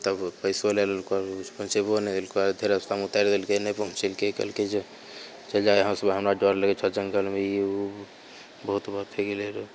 तब पैसो लै लेलकै पहुँचेबे नहि कयलको आधे रास्तामे उतारि देलकै नहि पहुँचेलकै कहलकै जो जो चलि जा यहाँ से हमरा डर लगैत छौ जङ्गलमे ई ओ बहुत बक्त हो गेलै रऽ